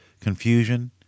confusion